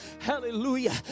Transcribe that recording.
hallelujah